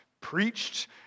preached